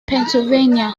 pennsylvania